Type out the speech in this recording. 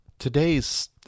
Today's